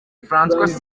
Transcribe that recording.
françois